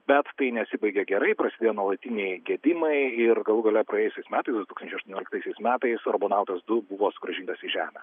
bet tai nesibaigė gerai prasidėjo nuolatiniai gedimai ir galų gale praėjusiais metais du tūkstančiai aštuonioliktaisiais metais robonautas du buvo sugrąžintas į žemę